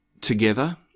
together